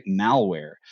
malware